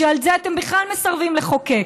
שעל זה אתם בכלל מסרבים לחוקק,